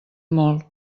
molt